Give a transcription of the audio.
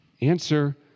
Answer